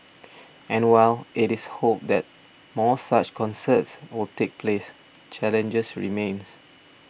and while it is hoped that more such concerts will take place challenges remain